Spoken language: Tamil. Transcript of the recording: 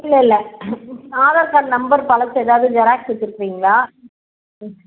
இல்லை இல்லை ஆதார் கார்ட் நம்பர் பழசு எதாவது ஜெராக்ஸ் வச்சுருக்கிறீங்களா ம்